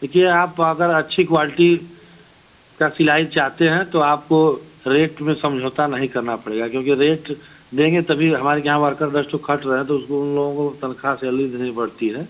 देखिए आप अगर अच्छी क्वालटी का सिलाई चाहते हैं तो आपको रेट में समझौता नहीं करना पड़ेगा क्योंकि रेट देंगे तभी हमारे यहाँ वर्कर दस ठो खट रहें तो उसको उन लोगों को तनख्वाह सैलरी देनी पड़ती है